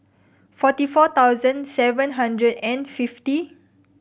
forty four thousand seven hundred and fifty